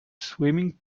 swimming